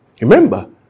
Remember